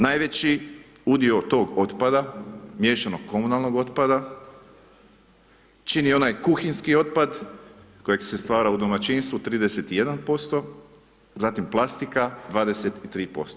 Najveći udio tog otpada, miješanog komunalnog otpada, čini onaj kuhinjski otpad, koji se stvara u domaćinstvu, 31%, zatim plastika 23%